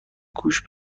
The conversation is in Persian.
گوش